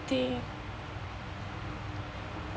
I think